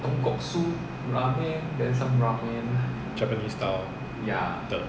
japanese style 的